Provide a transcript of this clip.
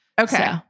Okay